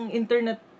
internet